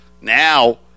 Now